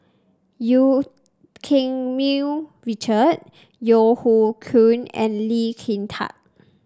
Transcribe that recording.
Eu Keng Mun Richard Yeo Hoe Koon and Lee Kin Tat